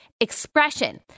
expression